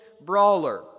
brawler